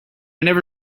never